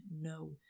no